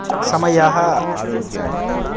समयः